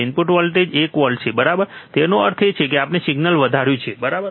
input voltage એક volt છે બરાબર તેનો અર્થ એ છે કે આપણે સિગ્નલ વધાર્યું છે બરાબર